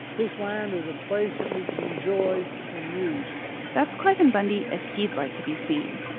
this land is a place that we can enjoy and use that's cliven bundy as he'd like to be seen.